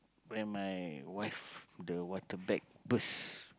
when my wife the water bag burst